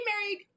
married